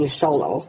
solo